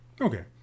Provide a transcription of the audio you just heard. Okay